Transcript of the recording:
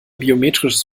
biometrisches